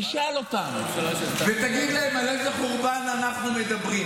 תשאל אותם ותגיד להם על איזה חורבן אנחנו מדברים,